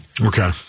Okay